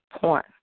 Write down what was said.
point